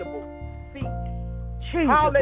Jesus